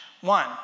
one